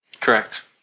Correct